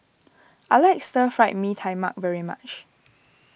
I like Stir Fried Mee Tai Mak very much